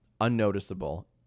unnoticeable